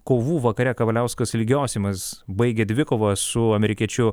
kovų vakare kavaliauskas lygiosiomis baigė dvikovą su amerikiečiu